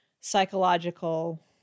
psychological